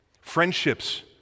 friendships